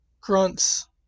grunts